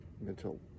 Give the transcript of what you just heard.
mental